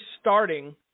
starting